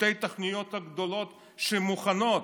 שתי התוכניות הגדולות שמוכנות,